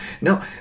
No